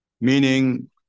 Meaning